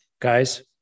Guys